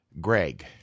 Greg